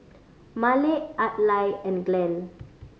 Malik Adlai and Glenn